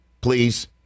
please